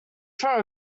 from